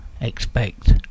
expect